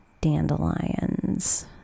dandelions